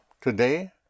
today